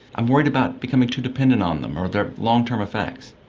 i'm worried about becoming too dependent on them or their long-term effects.